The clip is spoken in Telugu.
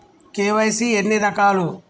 కే.వై.సీ ఎన్ని రకాలు?